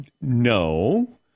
no